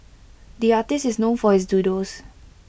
the artist is known for his doodles